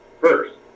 first